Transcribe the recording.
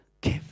give